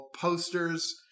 posters